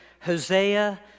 Hosea